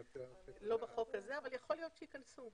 לא בחוק הזה, אבל יכול להיות שייכנסו.